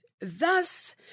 thus